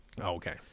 okay